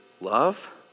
love